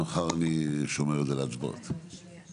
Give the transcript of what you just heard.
אני רוצה להעלות נושא נוסף שלא נמצא,